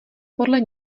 podle